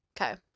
Okay